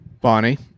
Bonnie